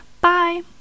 bye